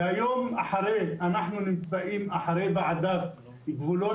והיום אנחנו נמצאים אחרי ועדת גבולות,